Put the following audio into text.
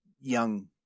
young